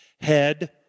Head